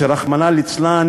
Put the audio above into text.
שרחמנא ליצלן,